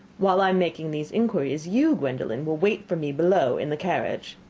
while i am making these inquiries, you, gwendolen, will wait for me below in the carriage.